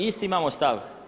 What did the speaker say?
Isti imamo stav.